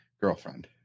girlfriend